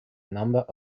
number